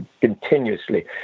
continuously